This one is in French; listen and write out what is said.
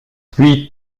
puis